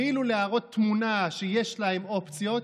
כאילו להראות תמונה שיש להם אופציות,